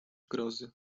grozy